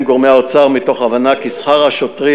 גורמי האוצר מתוך הבנה כי שכר השוטרים,